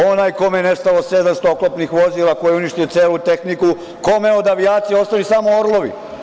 Onaj kome je nestalo 700 oklopnih vozila, koji je uništio celu tehniku, kome od avijacije ostaju samo orlovi.